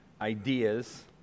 ideas